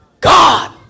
God